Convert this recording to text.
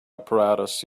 apparatus